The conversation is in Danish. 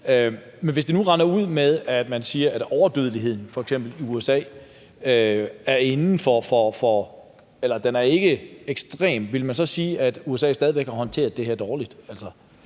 Men hvis det nu ender ud med, at man siger, at overdødeligheden i f.eks. USA ikke er ekstrem, vil man så sige, at USA stadig væk har håndteret det her dårligt?